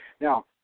Now